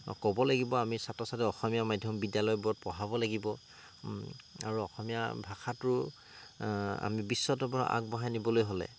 ক'ব লাগিব আমি ছাত্ৰ ছাত্ৰী অসমীয়া মাধ্যম বিদ্যালয়বোৰত পঢ়াব লাগিব আৰু অসমীয়া ভাষাটো আমি বিশ্বদৰবাৰত আগবঢ়াই নিবলৈ হ'লে